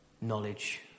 knowledge